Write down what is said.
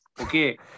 Okay